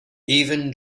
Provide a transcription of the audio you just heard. even